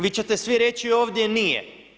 Vi ćete svi reći ovdje nije.